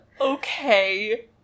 Okay